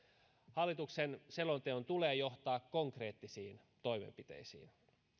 hallituksen selonteon tulee johtaa konkreettisiin toimenpiteisiin